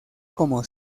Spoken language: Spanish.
como